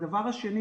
הדבר השני,